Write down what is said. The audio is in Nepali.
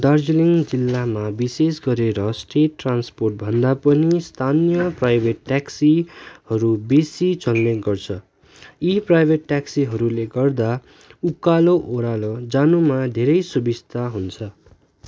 दार्जिलिङ जिल्लामा बिसेस गरेर स्टेट ट्रान्सपोर्टभन्दा पनि स्थानीय प्राइभेट ट्याक्सीहरू बेसी चल्ने गर्छ इ प्राइभेट ट्याक्सीहरूले गर्दा उकालो ओह्रालो जानुमा धेरै सुबिस्ता हुन्छ